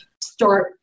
start